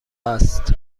است